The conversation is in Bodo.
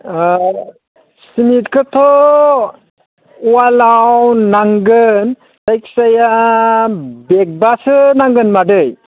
सिमेटखौथ' वालाव नांगोन जायखि जाया बेगबासो नांगोन मादै